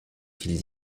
qu’il